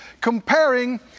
comparing